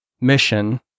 mission